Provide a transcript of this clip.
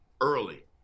early